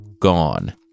gone